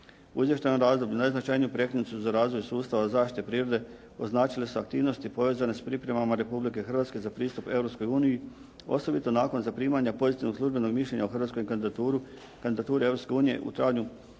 izvještajnom razdoblju najznačajniju prekretnicu za razvoj sustava zaštite prirode označile su aktivnosti povezane s pripremama Republike Hrvatske za pristup Europskoj uniji osobito nakon zaprimanja pozitivnog službenog mišljenja o hrvatskoj kandidaturi Europske